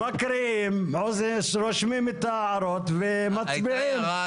אז מקריאים, רושמים את ההערות ומצביעים.